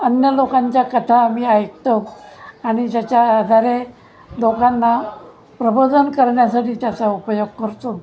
अन्य लोकांच्या कथा आम्ही ऐकतो आणि ज्याच्या आधारे लोकांना प्रबोधन करण्यासाठी त्याचा उपयोग करतो